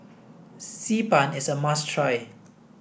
Xi Ban is a must try